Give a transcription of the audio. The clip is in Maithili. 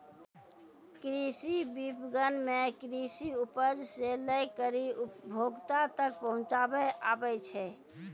कृषि विपणन मे कृषि उपज से लै करी उपभोक्ता तक पहुचाबै आबै छै